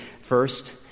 First